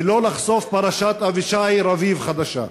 ולא לחשוף פרשת אבישי רביב חדשה?